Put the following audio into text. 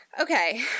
Okay